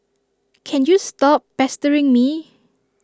can you stop pestering me